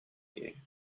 you